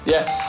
Yes